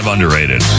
underrated